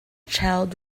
child